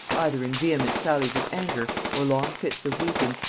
either in vehement sallies of anger or long fits of weeping,